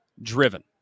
driven